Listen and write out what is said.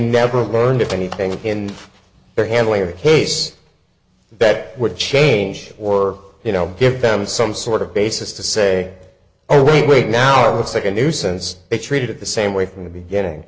never learned anything in their handling of the case that would change or you know give them some sort of basis to say oh wait wait now it's like a nuisance they treated the same way from the beginning